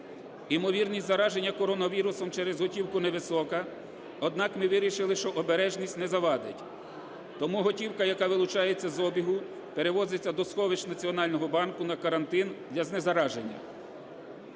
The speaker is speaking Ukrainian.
Ймовірність зараження коронавірусом через готівку невисока, однак ми вирішили, що обережність не завадить, тому готівка, яка вилучається з обігу, перевозиться до сховищ Національного банку на карантин для знезараження.